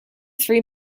three